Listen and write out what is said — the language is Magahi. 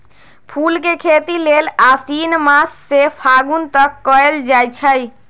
फूल के खेती लेल आशिन मास से फागुन तक कएल जाइ छइ